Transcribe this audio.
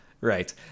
Right